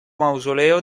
mausoleo